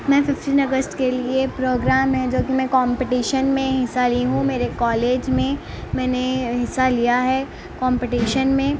میں ففٹین اگست کے لیے پروگرام ہے جوکہ میں کمپٹیشن میں حصہ لی ہوں میرے کالج میں میں نے حصہ لیا ہے کمپٹیشن میں